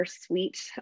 suite